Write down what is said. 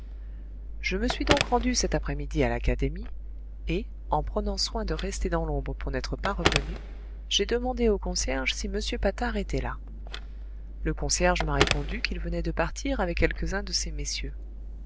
je me suis donc rendu cet après-midi à l'académie et en prenant soin de rester dans l'ombre pour n'être pas reconnu j'ai demandé au concierge si m patard était là le concierge m'a répondu qu'il venait de partir avec quelques-uns de ces messieurs